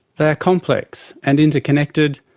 they are complex and interconnected.